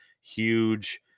huge